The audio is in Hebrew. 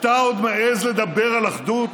אתה עוד מעז לדבר על אחדות?